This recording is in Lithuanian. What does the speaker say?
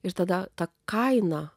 ir tada ta kaina